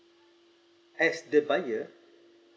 as the buyer